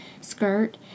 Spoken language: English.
skirt